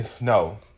No